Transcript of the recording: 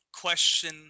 question